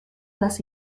las